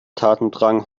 tatendrang